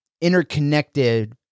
interconnected